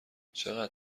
چقدر